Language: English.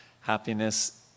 happiness